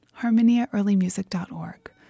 harmoniaearlymusic.org